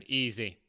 easy